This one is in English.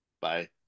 Bye